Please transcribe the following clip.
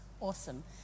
Awesome